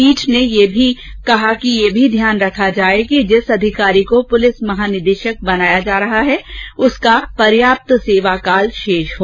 पीठ ने यह भी कहाकि यह भी ध्यान रखा जाए कि जिस अधिकारी को पूलिस महानिदेशक बनायाजा रहा है उसका पर्याप्त सेवाकाल शेष हो